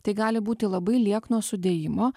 tai gali būti labai liekno sudėjimo